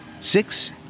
six